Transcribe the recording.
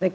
tha